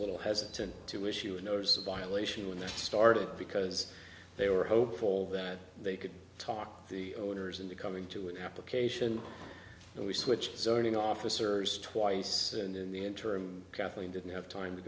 little hesitant to issue a notice a violation when that started because they were hopeful that they could talk to the owners in the coming to an application and we switched zoning officers twice and in the interim kathleen didn't have time to